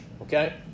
okay